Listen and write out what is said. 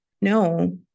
no